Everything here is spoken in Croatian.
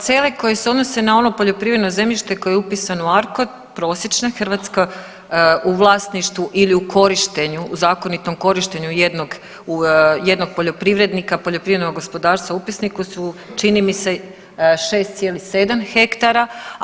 Parcele koje se odnose na ono poljoprivredno zemljište koje je upisano u ARCOD prosječno hrvatsko u vlasništvu ili u korištenju, u zakonitom korištenju jednog poljoprivrednika, poljoprivrednog gospodarstva u upisniku su čini mi se 6,7 ha.